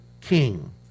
king